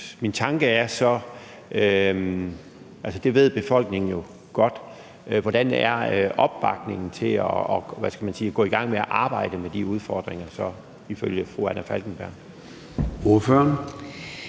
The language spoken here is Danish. Min tanke er så, at det ved befolkningen godt. Hvordan er opbakningen til at gå i gang med at arbejde med de udfordringer så ifølge fru Anna Falkenberg?